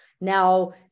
Now